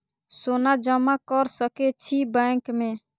सोना जमा कर सके छी बैंक में?